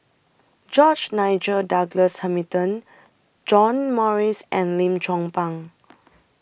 George Nigel Douglas Hamilton John Morrice and Lim Chong Pang